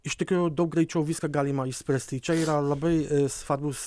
iš tikrųjų daug greičiau viską galima išspręsti čia yra labai svarbus